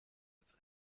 het